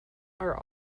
are